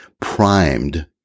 primed